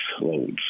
loads